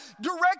direct